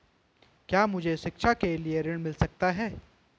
क्या मुझे शिक्षा के लिए ऋण मिल सकता है?